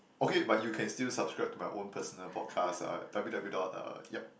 okay but you can still subscribe to my own personal podcast uh W W dot uh yup